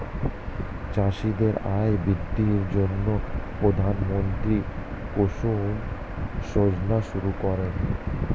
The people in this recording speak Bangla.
চাষীদের আয় বৃদ্ধির জন্য প্রধানমন্ত্রী কুসুম যোজনা শুরু করেন